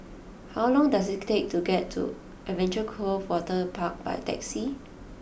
how long does it take to get to Adventure Cove Waterpark by taxi